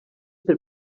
per